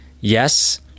yes